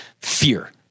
fear